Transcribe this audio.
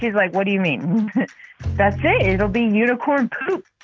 like, what do you mean that's it? or being unicorn poop